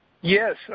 Yes